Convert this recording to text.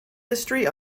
history